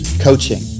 coaching